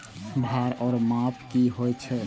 भार ओर माप की होय छै?